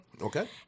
Okay